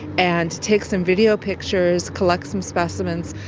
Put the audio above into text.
and take some video pictures, collect some specimens.